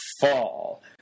fall